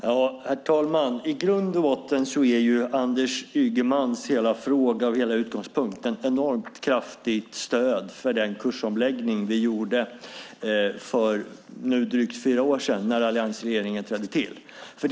Herr talman! I grund och botten är Anders Ygemans hela fråga och utgångspunkt ett enormt kraftigt stöd för den kursomläggning som vi gjorde för drygt fyra år när alliansregeringen tillträdde.